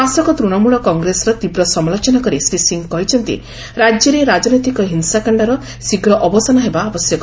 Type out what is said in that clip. ଶାସକ ତୃଶମ୍ବଳ କଂଗ୍ରେସର ତୀବ୍ର ସମାଲୋଚନା କରି ଶ୍ରୀ ସିଂ କହିଛନ୍ତି ରାଜ୍ୟରେ ରାଜନୈତିକ ହିଂସାକାଷ୍ଡର ଶୀଘ୍ର ଅବସାନ ହେବା ଆବଶ୍ୟକ